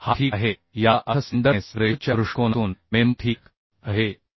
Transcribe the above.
तर हा ठीक आहे याचा अर्थ स्लेंडरनेस रेशोच्या दृष्टिकोनातून मेंबर ठीक आहे